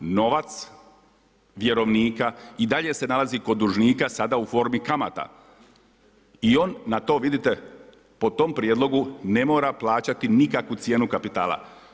Novac vjerovnika i dalje se nalazi kod dužnika sada u formi kamata i on na to, vidite, po tom prijedlogu na mora plaćati nikakvu cijenu kapitala.